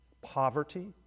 poverty